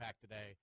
today